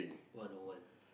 what no one